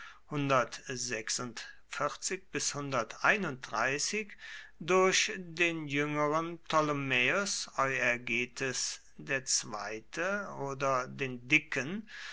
durch den jüngeren ptolemaeos euergetes ii oder den dicken